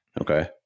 Okay